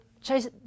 Chase